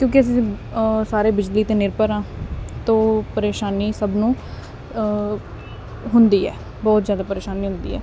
ਕਿਉਂਕਿ ਅਸੀਂ ਸਾਰੇ ਬਿਜਲੀ ਤੇ ਨਿਰਭਰ ਆ ਤੋ ਪਰੇਸ਼ਾਨੀ ਸਭ ਨੂੰ ਹੁੰਦੀ ਹੈ ਬਹੁਤ ਜਿਆਦਾ ਪਰੇਸ਼ਾਨੀ ਹੁੰਦੀ ਹੈ